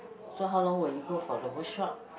so how long will you go for the workshop